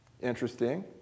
Interesting